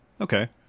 Okay